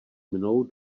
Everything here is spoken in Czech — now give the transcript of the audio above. mnou